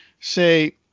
say